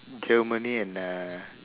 germany and uh